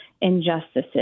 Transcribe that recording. injustices